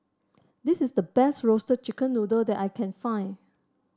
this is the best Roasted Chicken Noodle that I can find